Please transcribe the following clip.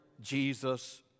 Jesus